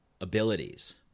abilities